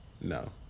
No